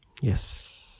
Yes